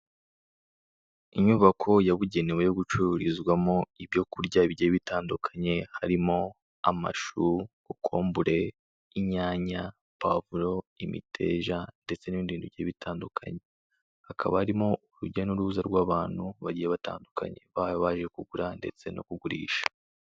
Inyubako yabugenewe yo gucururizwamo ibyo kurya bigiye bitandukanye, harimo amashu, kokombure, inyanya, pavuro, imiteja ndetse n'ibindi bintu bigiye bitandukanye. Hakaba harimo urujya n'uruza rw'abantu bagiye batandukanye baba baje kugura ndetse no kugurisha.